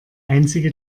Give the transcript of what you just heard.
einzige